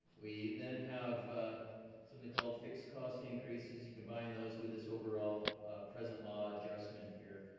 we then have something called fixed cost increases, you combine those with this overall present law adjustments here,